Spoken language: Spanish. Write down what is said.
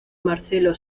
marcelo